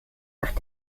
mache